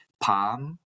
palm